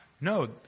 No